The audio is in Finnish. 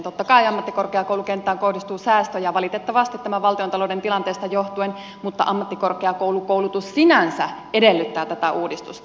totta kai ammattikorkeakoulukenttään kohdistuu säästöjä valitettavasti tästä valtiontalouden tilanteesta johtuen mutta ammattikorkeakoulutus sinänsä edellyttää tätä uudistusta